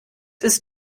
ist